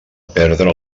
perdre